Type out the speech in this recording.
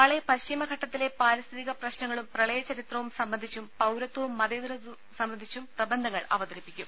നാളെ പശ്ചിമഘട്ടത്തിലെ പാരിസ്ഥിതിക പ്രശ്നങ്ങളും പ്രളയചരിത്രവും സംബന്ധിച്ചും പൌരത്വവും മതേതരത്വവും സംബന്ധിച്ചും പ്രബന്ധങ്ങൾ അവതരിപ്പിക്കും